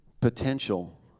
Potential